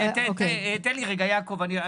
תן לי רגע, יעקב.